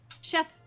chef